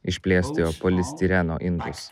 išplėstojo polistireno indais